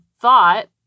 thought